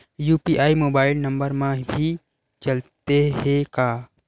UPI mobile number मा भी चलते हे का?